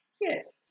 yes